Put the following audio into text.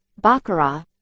baccarat